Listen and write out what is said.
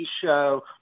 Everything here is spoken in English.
show